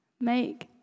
Make